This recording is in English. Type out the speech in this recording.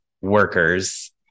workers